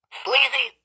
sleazy